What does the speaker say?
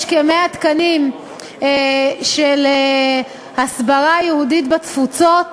יש כ-100 תקנים של הסברה יהודית בתפוצות